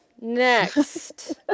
Next